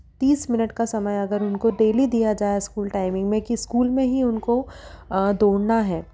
तीस मिनट का समय अगर उनको डेली दिया जाए स्कूल टाइमिंग में कि स्कूल में ही उनको दौड़ना है